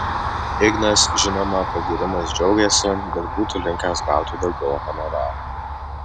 ignas žinoma pagyrimais džiaugėsi bet būtų linkęs gauti daugiau honoraro